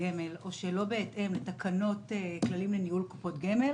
הגמל או שלא בהתאם לתקנות כללים לניהול קופות גמל,